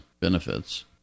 benefits